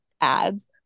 ads